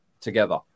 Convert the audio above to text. together